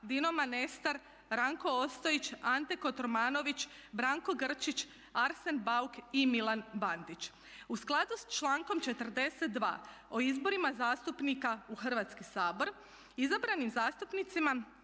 Dino Manestar, Ranko Ostojić, Ante Kotromanović, Branko Grčić, Arsen Bauk i Milan Bandić. U skladu s člankom 42. o izborima zastupnika u Hrvatski sabor izabranim zastupnicima